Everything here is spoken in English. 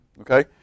Okay